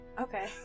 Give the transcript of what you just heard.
okay